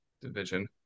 division